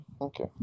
okay